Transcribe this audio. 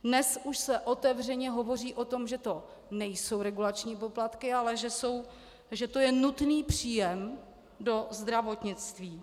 Dnes už se otevřeně hovoří o tom, že to nejsou regulační poplatky, ale že to je nutný příjem do zdravotnictví.